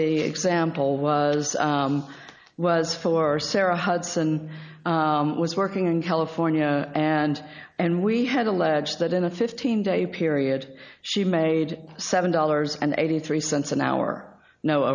the example was was for sara hudson was working in california and and we had alleged that in a fifteen day period she made seven dollars and eighty three cents an hour no